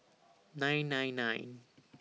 nine nine nine